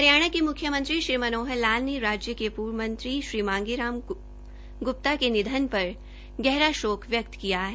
हरियाणा के मुख्यमंत्री श्री मनोहर लाल ने राज्य के पूर्व मंत्री श्री मांगे राम गुप्ता के निधन पर गहरा शोक व्यक्त किया है